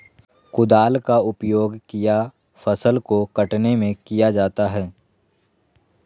कुदाल का उपयोग किया फसल को कटने में किया जाता हैं?